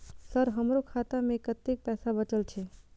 Sir हमरो खाता में कतेक पैसा बचल छे?